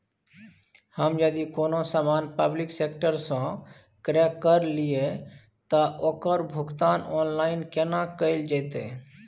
हम यदि कोनो सामान पब्लिक सेक्टर सं क्रय करलिए त ओकर भुगतान ऑनलाइन केना कैल जेतै?